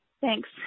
thanks